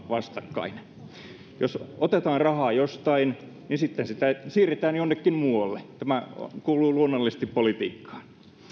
vastakkain jos otetaan rahaa jostain niin sitten sitä siirretään jonnekin muualle tämä kuuluu luonnollisesti politiikkaan